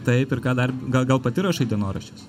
taip ir ką dar gal gal pati rašai dienoraščius